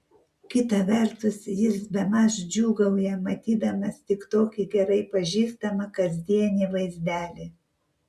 kita vertus jis bemaž džiūgauja matydamas tik tokį gerai pažįstamą kasdienį vaizdelį